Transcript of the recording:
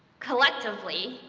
collectively,